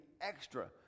extra